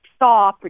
saw